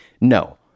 no